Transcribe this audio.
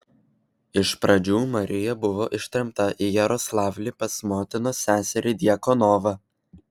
iš pradžių marija buvo ištremta į jaroslavlį pas motinos seserį djakonovą